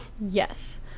Yes